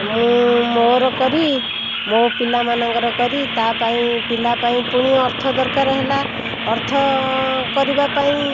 ମୁଁ ମୋର କରି ମୋ ପିଲାମାନଙ୍କର କରି ତା'ପାଇଁ ପିଲା ପାଇଁ ପୁଣି ଅର୍ଥ ଦରକାର ହେଲା ଅର୍ଥ କରିବା ପାଇଁ